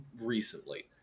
recently